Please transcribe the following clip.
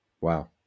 Wow